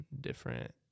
different